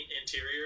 interior